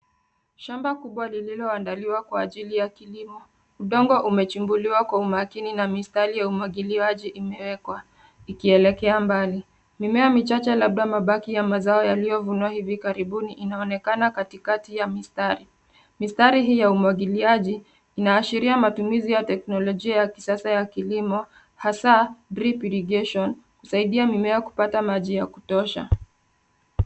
Shamba kubwa lililo andaliwa kwa ajili ya kilimo, udongo umechimbiliwa kwa umakini na mistari ya umwagiliaji ime wekwa ikielekea mbali. Mimea machache labda mabaki ya mazao yaliyo vunua hivi karibuni inaonekana katikati ya mistari. Mistari hii ya umwagiliaji ina ashiria matumizi ya teknolojia ya kisasa ya kilimo hasa drip irrigation , husaidia mimea kupata maji ya kutosha.